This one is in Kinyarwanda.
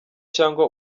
cyangwa